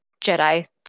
Jedi